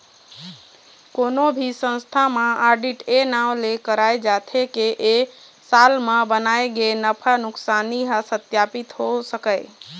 कोनो भी संस्था म आडिट ए नांव ले कराए जाथे के ए साल म बनाए गे नफा नुकसानी ह सत्पापित हो सकय